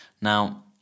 Now